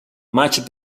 much